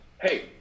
hey